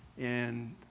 and